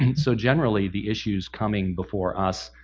and so generally the issues coming before us,